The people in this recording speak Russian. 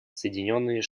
соединенные